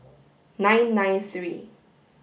nine nine three